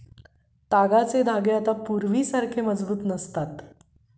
तागाचे धागे आता पूर्वीसारखे मजबूत नसतात